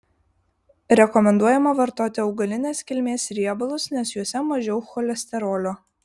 rekomenduojama vartoti augalinės kilmės riebalus nes juose mažiau cholesterolio